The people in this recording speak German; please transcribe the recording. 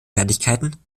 fertigkeiten